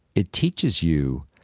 it teaches you